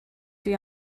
dwi